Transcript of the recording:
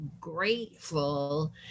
grateful